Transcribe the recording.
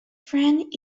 friend